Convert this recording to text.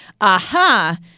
aha –